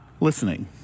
listening